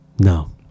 No